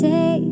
Say